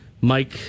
Mike